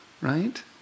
right